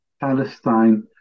Palestine